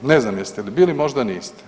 Ne znam jeste li bili, možda niste.